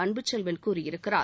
அன்புச்செல்வன் கூறியிருக்கிறார்